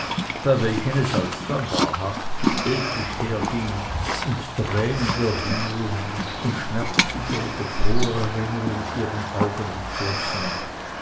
bei welchen es alsdann wahrhaft episch herging und tränen der rührung und schmerzlicher oder froher erinnerung ihren augen entflossen